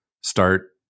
start